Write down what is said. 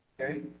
okay